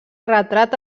retrat